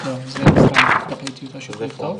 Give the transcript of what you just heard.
והיום היא כן מקבלת הקרנות בצפת,